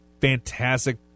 fantastic